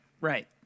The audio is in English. right